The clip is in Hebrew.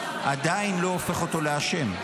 עדיין לא הופך אותו לאשם,